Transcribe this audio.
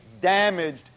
damaged